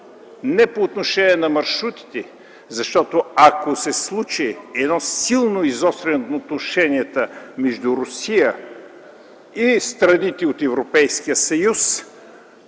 не по отношение на маршрутите, защото ако се случи силно изостряне на отношенията между Русия и страните от Европейския съюз,